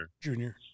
junior